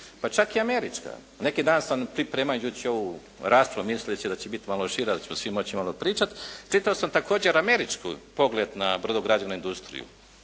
pa čak i američka. Neki dan sam pripremajući ovu raspravu misleći da će biti malo šira i da ćemo svi moći malo pričati, čitao sam također američki pogled na brodogradivnu industriju.